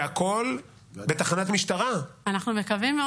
וכמו שכתב בימים אלו חנן בן ארי: "שר לך שיר ישן,